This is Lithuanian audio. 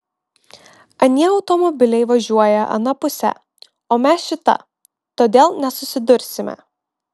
anie automobiliai važiuoja ana puse o mes šita todėl nesusidursime